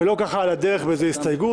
ולא ככה על הדרך באיזו הסתייגות.